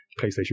PlayStation